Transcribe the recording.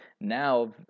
now